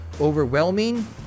overwhelming